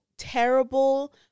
terrible